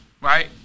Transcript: right